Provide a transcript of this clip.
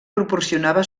proporcionava